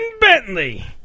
Bentley